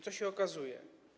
Co się okazuje?